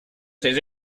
ces